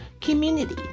community